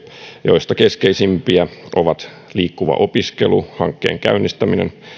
joista keskeisimpiä ovat liikkuva opiskelu hankkeen käynnistäminen